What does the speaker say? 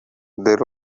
there